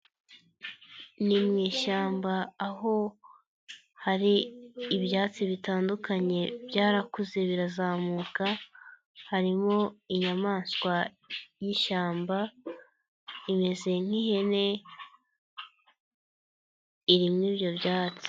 Ni mu ishyamba aho hari ibyatsi bitandukanye byarakuze birazamuka harimo inyamaswa y'ishyamba imeze nk'ihene iri muri ibyo byatsi.